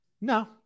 no